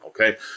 okay